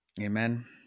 Amen